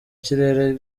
kirere